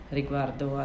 riguardo